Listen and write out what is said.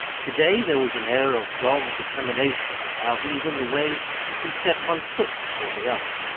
to-day there was an air of dogged determination about even the way he set one foot before the other.